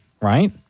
right